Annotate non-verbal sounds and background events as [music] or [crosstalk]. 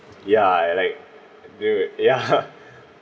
ya like they ya [laughs]